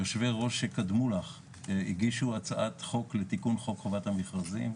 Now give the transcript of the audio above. יושבי-ראש שקדמו לך הגישו הצעת חוק לתיקון חוק חובת המכרזים.